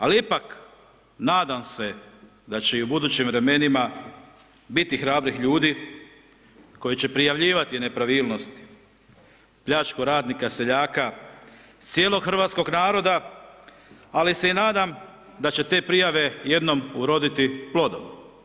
Ali ipak nadam se da će i u budućim vremenima biti hrabrih ljudi koji će prijavljivati nepravilnosti, pljačku radnika, seljaka, cijelog hrvatskog naroda ali se i nadam da će te prijave jednom uroditi plodom.